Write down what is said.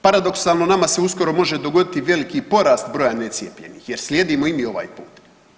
Paradoksalno nama se uskoro može dogoditi veliki porast broja necijepljenih jer slijedimo i mi ovaj put.